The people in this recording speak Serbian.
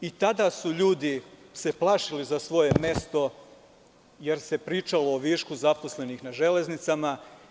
I tada su se ljudi plašili za svoje mesto, jer se pričalo o višku zaposlenih u „Železnicama“